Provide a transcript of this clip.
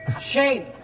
shame